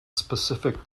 specific